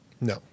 No